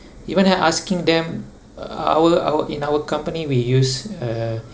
even asking them our our in our company we use uh